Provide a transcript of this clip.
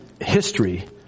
history